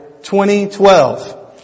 2012